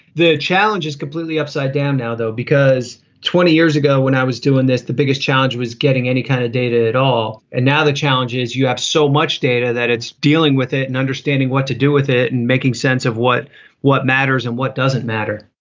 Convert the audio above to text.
the challenge is completely upside down now, though, because twenty years ago when i was doing this, the biggest challenge was getting any kind of data at all and now the challenge is you have so much data that it's dealing with it and understanding what to do with it and making sense of what what matters and what doesn't matter